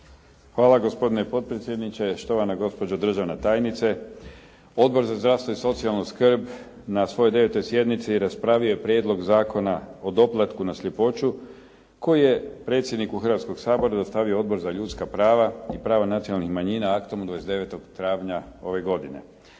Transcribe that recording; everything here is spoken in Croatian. Hvala gospodine potpredsjedniče, štovana gospođo državna tajnice. Odbor za zdravstvo i socijalnu skrb na svojoj 9. sjednici raspravio je Prijedlog zakona o doplatku na sljepoću koji je predsjedniku Hrvatskog sabora dostavio Odbor za ljudska prava i prava nacionalnih manjina aktom od 29. travnja ove godine.